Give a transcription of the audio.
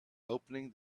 opening